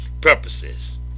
purposes